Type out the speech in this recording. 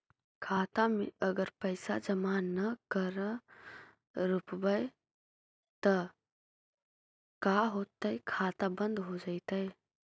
खाता मे अगर पैसा जमा न कर रोपबै त का होतै खाता बन्द हो जैतै?